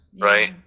Right